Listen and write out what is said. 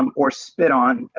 um or spit on,